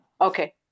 Okay